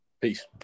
Peace